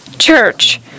Church